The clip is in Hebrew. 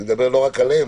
אני מדבר לא רק עליהם,